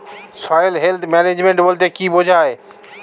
Soil health management বলতে কি বুঝায়?